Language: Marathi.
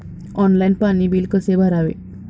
ऑनलाइन पाणी बिल कसे भरावे?